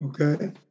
Okay